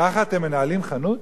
ככה אתם מנהלים חנות?